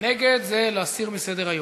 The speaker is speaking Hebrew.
נגד זה להסיר מסדר-היום.